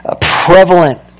prevalent